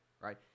right